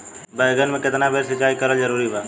बैगन में केतना बेर सिचाई करल जरूरी बा?